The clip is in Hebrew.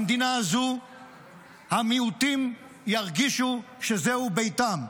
במדינה הזו המיעוטים ירגישו שזהו ביתם.